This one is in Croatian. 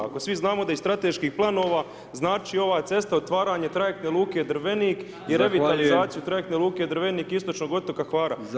Ako svi znamo da je strateški planova znači ova cesta otvaranje trajektne luke Drvenik i revitalizaciju trajektne luke Drvenik istočnog otoka Hvara.